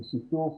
של שיתוף